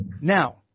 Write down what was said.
Now